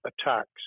attacks